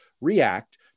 react